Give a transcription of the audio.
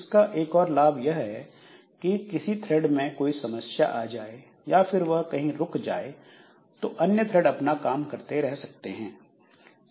इसका एक और लाभ यह है कि अगर किसी थ्रेड में कोई समस्या आ जाए या वह फिर रुक जाए तो अन्य थ्रेड अपना काम करते रह सकते हैं